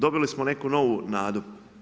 Dobili smo neku novu nadu.